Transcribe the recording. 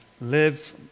live